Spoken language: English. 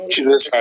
Jesus